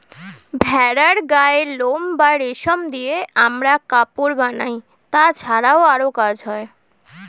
ভেড়ার গায়ের লোম বা রেশম দিয়ে আমরা কাপড় বানাই, তাছাড়াও আরো কাজ হয়